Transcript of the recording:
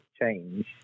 change